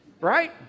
Right